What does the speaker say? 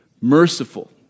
Merciful